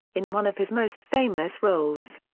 in one of his most famous roles.